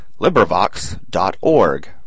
LibriVox.org